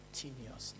continuously